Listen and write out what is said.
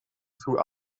through